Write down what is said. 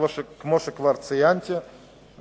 כפי שכבר ציינתי,